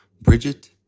Bridget